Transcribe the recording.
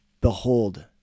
behold